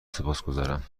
سپاسگزارم